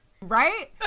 Right